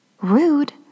Rude